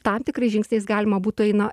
tam tikrais žingsniais galima būtų eina